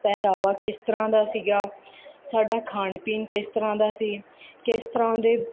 ਪਹਿਰਾਵਾ ਕਿਸ ਤਰ੍ਹਾਂ ਦਾ ਸੀਗਾ ਸਾਡਾ ਖਾਣ ਪੀਣ ਕਿਸ ਤਰ੍ਹਾਂ ਦਾ ਸੀ ਕਿਸ ਤਰ੍ਹਾਂ ਦੇ